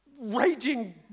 raging